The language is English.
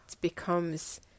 becomes